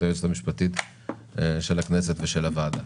היועצת המשפטית של הכנסת ושל הוועדה,